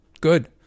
good